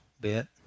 bit